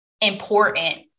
important